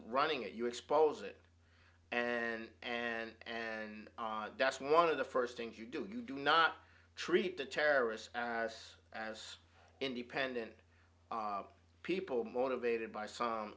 running at you expose it and and and that's one of the first things you do you do not treat the terrorists as as independent people motivated by some